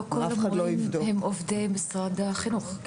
לא כל המורים הם עובדי משרד החינוך.